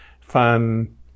fun